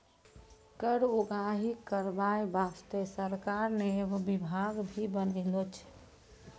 कर उगाही करबाय बासतें सरकार ने एगो बिभाग भी बनालो छै